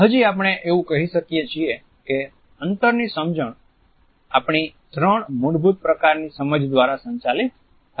હજી આપણે એવું કહી શકીએ છીએ કે અંતરની સમજ આપણી ત્રણ મૂળભૂત પ્રકારની સમજ દ્વારા સંચાલિત થાય છે